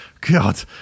god